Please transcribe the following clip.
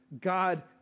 God